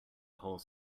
horse